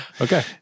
Okay